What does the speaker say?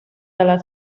dalla